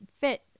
fit